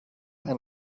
and